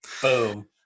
Boom